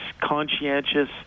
conscientious